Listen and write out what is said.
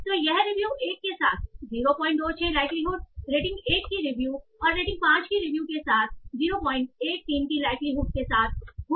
तो यह रिव्यू 1 के साथ 026 लाइक्लीहुड रेटिंग 1 की रिव्यू और रेटिंग 5 की रिव्यू के साथ 013 की लाइक्लीहुड के साथ हुई